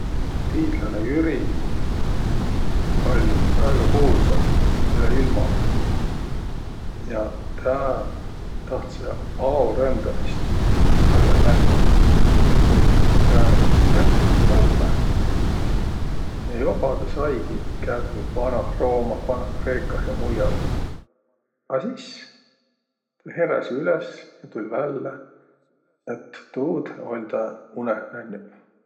Tiidläne Jüri oll' väega kuulsa üle ilma. Ja tä tahtsõ aorändämist vällä märkiq. Ja tä märkegi taa vällä ja joba tä saigi kävvüq Vanah-Roomah, Vanah-Kreekah ja muial. A sis heräsi üles ja tull' vällä, et tuud oll' tä unõh nännüq.